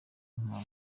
nka